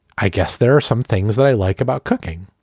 i guess there are some things that i like about cooking.